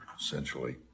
essentially